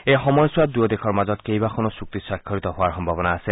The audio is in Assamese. এই সময়ছোৱাত দুয়ো দেশৰ মাজত কেইবাখনো চুক্তি স্বাক্ষৰিত হোৱাৰ সম্ভাৱনা আছে